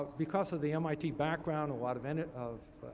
because of the mit background, a lot of and of